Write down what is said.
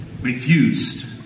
refused